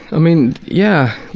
i mean. yeah